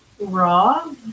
Raw